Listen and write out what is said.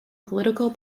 political